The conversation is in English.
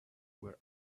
were